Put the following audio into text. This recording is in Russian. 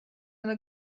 она